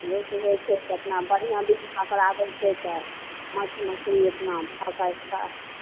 ओहो से होइ छै तऽ अपना बढ़िआँ दिन पकडाबै छै तऽ मास मछली अपना पका कऽ खा